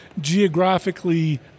geographically